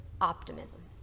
optimism